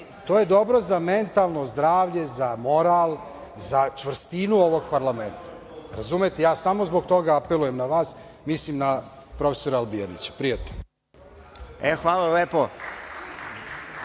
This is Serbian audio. To je dobro za mentalno zdravlje, za moral, za čvrstinu ovog parlamenta. Razumete? Samo zbog toga ja apelujem na vas. Mislim na profesora Albijanića. Prijatno. **Stojan